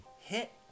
hit